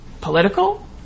political